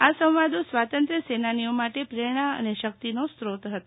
આ સંવાદો સ્વાતંત્ર્ય સેનાનીઓ માટે પ્રેરણા અને શક્તિનો સ્રોત હતા